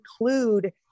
include